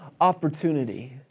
opportunity